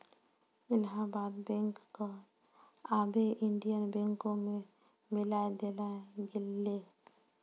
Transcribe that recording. Allahabad bank क आबै Indian बैंको मे मिलाय देलो गेलै